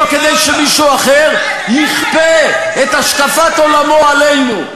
לא כדי שמישהו אחר יכפה את השקפת עולמו עלינו.